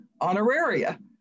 honoraria